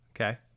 Okay